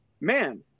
man